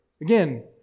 Again